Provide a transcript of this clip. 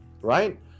right